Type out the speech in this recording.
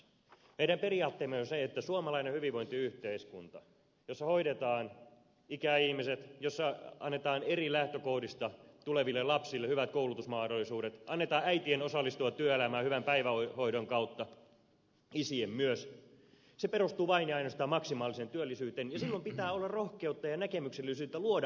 meidän periaatteemme on se että suomalainen hyvinvointiyhteiskunta jossa hoidetaan ikäihmiset jossa annetaan eri lähtökohdista tuleville lapsille hyvät koulutusmahdollisuudet annetaan äitien osallistua työelämään hyvän päivähoidon kautta isien myös perustuu vain ja ainoastaan maksimaaliseen työllisyyteen ja silloin pitää olla rohkeutta ja näkemyksellisyyttä luoda uutta